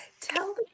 tell